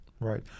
Right